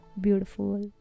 beautiful